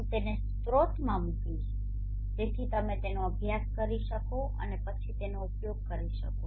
હું તેને સ્રોતમાં મૂકીશ જેથી તમે તેનો અભ્યાસ કરી શકો અને પછી તેનો ઉપયોગ કરી શકો